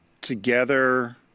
together